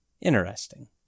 Interesting